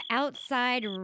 outside